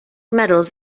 medals